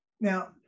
Now